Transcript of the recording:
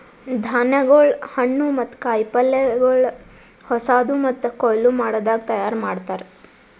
ಧಾನ್ಯಗೊಳ್, ಹಣ್ಣು ಮತ್ತ ಕಾಯಿ ಪಲ್ಯಗೊಳ್ ಹೊಸಾದು ಮತ್ತ ಕೊಯ್ಲು ಮಾಡದಾಗ್ ತೈಯಾರ್ ಮಾಡ್ತಾರ್